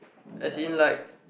as in like